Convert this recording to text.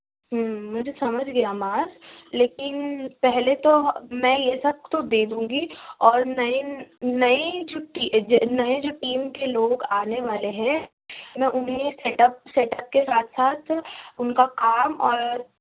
مجھے سمجھ گیا معاذ لیکن پہلے تو میں یہ سب تو دے دوں گی اور میں نئی چھٹی جی نئی جو ٹیم کے لوگ آنے والے ہیں میں اُنہیں سیٹ اپ سیٹ اپ کے ساتھ ساتھ اُن کا کام اور